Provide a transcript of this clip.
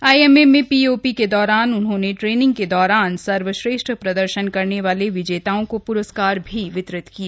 IMA में POP के दौरान उन्होंने ट्रेनिंग के दौरान सर्वश्रेष्ठ प्रदर्शन करने वाले विजेताओं को प्रुस्कार भी वितरित किए